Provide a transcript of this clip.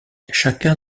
chacun